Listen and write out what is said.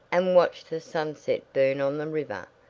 and watched the sunset burn on the river,